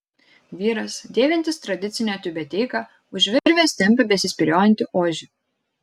vyras dėvintis tradicinę tiubeteiką už virvės tempia besispyriojantį ožį